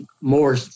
more